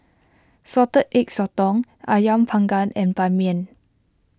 Salted Egg Sotong Ayam Panggang and Ban Mian